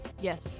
Yes